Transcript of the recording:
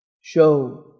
Show